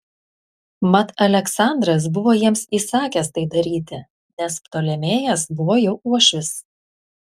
mat aleksandras buvo jiems įsakęs tai daryti nes ptolemėjas buvo jo uošvis